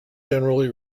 generally